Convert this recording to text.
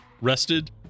Rested